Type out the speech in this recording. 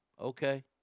Okay